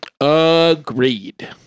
Agreed